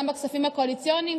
גם בכספים הקואליציוניים,